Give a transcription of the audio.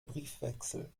briefwechsel